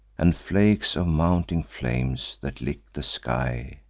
and flakes of mounting flames, that lick the sky.